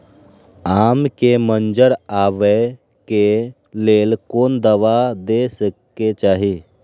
आम के मंजर आबे के लेल कोन दवा दे के चाही?